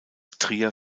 trier